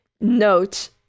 note